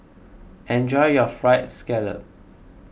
enjoy your Fried Scallop